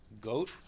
goat